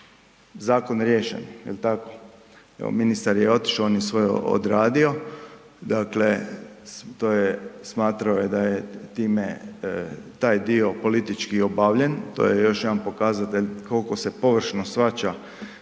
zakon riješen, jel tako? Evo ministar je otišao, on je svoje odradio, smatrao je da je time taj dio politički obavljen, to je još jedan pokazatelj koliko se površno shvaća